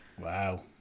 Wow